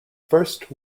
first